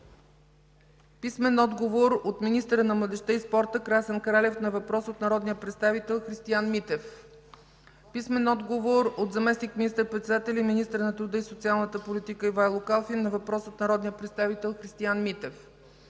Владимиров; - министъра на младежта и спорта Красен Кралев на въпрос от народния представител Христиан Митев; - заместник министър-председателя и министър на труда и социалната политика Ивайло Калфин на въпрос от народния представител Христиан Митев;